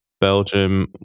Belgium